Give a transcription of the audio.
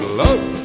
love